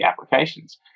applications